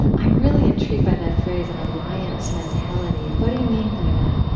i'm really intrigued by that phrase, an alliance mentality. what do you mean by that?